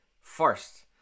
first